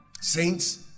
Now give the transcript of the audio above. Saints